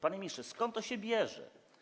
Panie ministrze, skąd to się bierze?